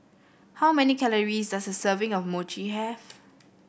how many calories does a serving of Mochi have